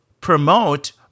promote